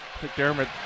McDermott